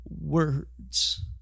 words